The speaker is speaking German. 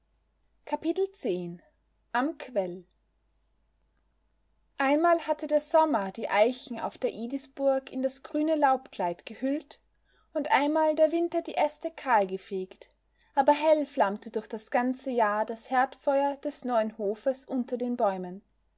am quell einmal hatte der sommer die eichen auf der idisburg in das grüne laubkleid gehüllt und einmal der winter die äste kahl gefegt aber hell flammte durch das ganze jahr das herdfeuer des neuen hofes unter den bäumen